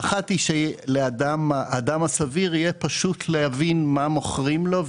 האחת היא שלאדם הסביר יהיה פשוט להבין מה מוכרים לו,